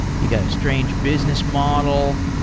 you got a strange business model.